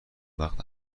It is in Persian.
وقت